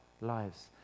lives